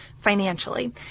financially